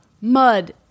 Mud